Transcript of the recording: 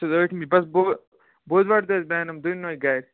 سُہ حظ ٲٹھمہِ بَس بُو بۄدوارِ دۄہ حظ بیٚہن یِم دۄنوے گَرِ